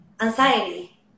anxiety